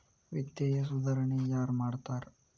ವಿತ್ತೇಯ ಸುಧಾರಣೆ ಯಾರ್ ಮಾಡ್ತಾರಾ